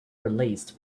released